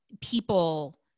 people